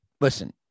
listen